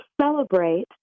celebrate